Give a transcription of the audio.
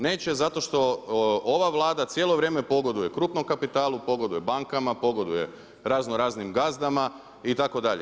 Neće zato što ova Vlada cijelo vrijeme pogoduje krupnom kapitalu, pogoduje bankama, pogoduje razno raznim gazdama itd.